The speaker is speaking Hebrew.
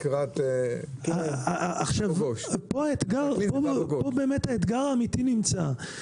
פה באמת האתגר האמיתי נמצא.